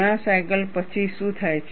ઘણા સાયકલ પછી શું થાય છે